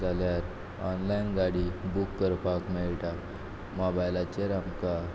जाल्यार ऑनलायन गाडी बूक करपाक मेळटा मोबायलाचेर आमकां